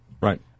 Right